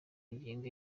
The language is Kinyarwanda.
ngingo